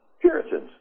Puritans